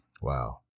Wow